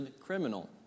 criminal